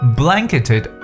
blanketed